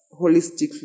holistically